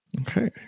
Okay